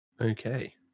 okay